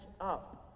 up